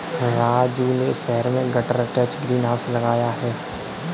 राजू ने शहर में गटर अटैच्ड ग्रीन हाउस लगाया है